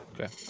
Okay